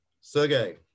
Sergey